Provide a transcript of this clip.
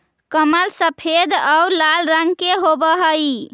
कमल सफेद और लाल रंग के हवअ हई